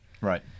Right